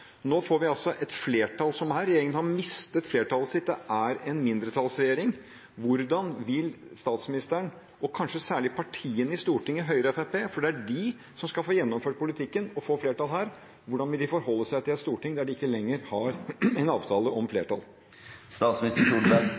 Nå får vi altså et flertall som her – regjeringen har mistet flertallet sitt, det er en mindretallsregjering. Hvordan vil statsministeren, og kanskje særlig partiene i Stortinget, Høyre og Fremskrittspartiet, for det er de som skal få gjennomført politikken og få flertall her, forholde seg til et storting der man ikke lenger har en avtale om